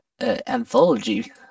anthology